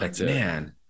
Man